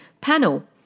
panel